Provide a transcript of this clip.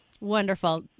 Wonderful